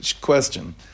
Question